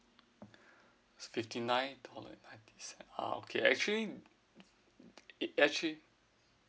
fifty nine uh okay actually it actually